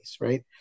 right